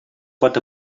pot